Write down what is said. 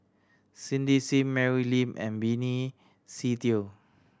Cindy Sim Mary Lim and Benny Se Teo